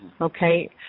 okay